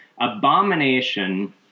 abomination